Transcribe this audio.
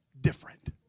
different